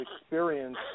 experience